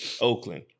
Oakland